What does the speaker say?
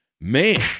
man